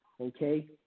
Okay